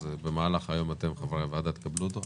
אז במהלך היום אתם חברי הוועדה תקבלו אותו.